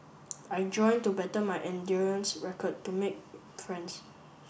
I joined to better my endurance record to make friends